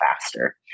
faster